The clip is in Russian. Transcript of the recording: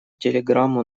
телеграмму